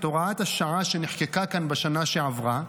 את הוראת השעה שנחקקה כאן בשנה שעברה.